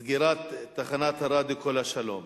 6592 ו-6609: סגירת תחנת הרדיו "כל השלום".